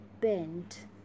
bent